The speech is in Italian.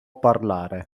parlare